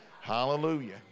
Hallelujah